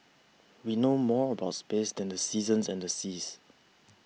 we know more about space than the seasons and the seas